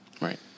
Right